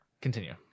Continue